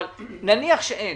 אבל נניח שאין,